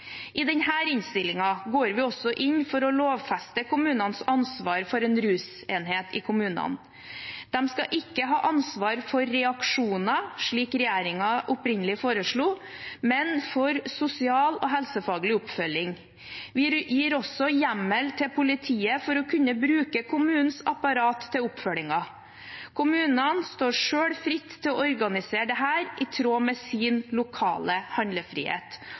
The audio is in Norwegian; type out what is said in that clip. I denne innstillingen går vi også inn for å lovfeste kommunenes ansvar for en rusenhet i kommunene. De skal ikke ha ansvar for reaksjoner, slik regjeringen opprinnelig foreslo, men for sosial- og helsefaglig oppfølging. Vi gir også hjemmel til politiet for å kunne bruke kommunens apparat til oppfølgingen. Kommunene står selv fritt til å organisere dette, i tråd med sin lokale handlefrihet.